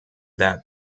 that